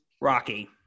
Rocky